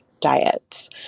diets